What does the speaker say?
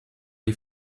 les